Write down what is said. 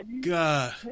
God